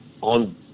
on